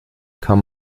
kann